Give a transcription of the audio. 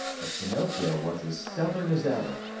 but pinocchio was as stubborn as ever.